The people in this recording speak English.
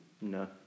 No